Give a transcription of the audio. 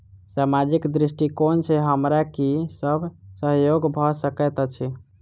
सामाजिक दृष्टिकोण सँ हमरा की सब सहयोग भऽ सकैत अछि?